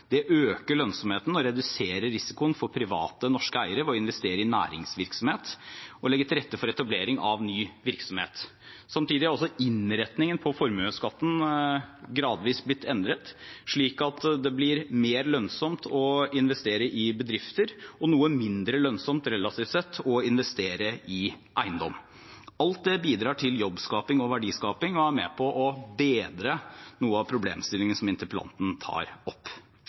det øker lønnsomheten og reduserer risikoen for private norske eiere ved å investere i næringsvirksomhet, og det legger til rette for etablering av ny virksomhet. Samtidig er også innretningen på formuesskatten gradvis blitt endret, slik at det blir mer lønnsomt å investere i bedrifter og noe mindre lønnsomt, relativt sett, å investere i eiendom. Alt dette bidrar til jobbskaping og verdiskaping og er med på å bedre noe av problemstillingen som interpellanten tar opp.